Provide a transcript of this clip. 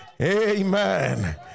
Amen